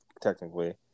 technically